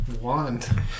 wand